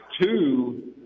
two